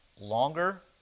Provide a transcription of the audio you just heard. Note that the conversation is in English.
longer